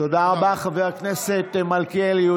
תודה רבה, חבר הכנסת מלכיאלי.